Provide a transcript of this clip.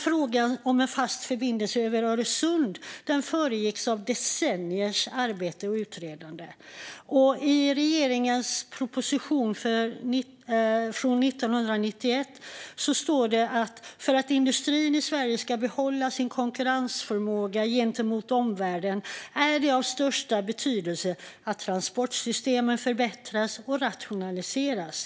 Frågan om en fast förbindelse över Öresund föregicks av decenniers arbete och utredande. Låt mig citera ur regeringens proposition från 1991: "För att industrin i Sverige skall behålla sin konkurrensförmåga gentemot omvärlden är det av största betydelse att transportsystemen kan förbättras och rationaliseras.